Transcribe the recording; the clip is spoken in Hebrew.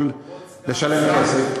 יכול לשלם כסף,